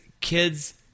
kids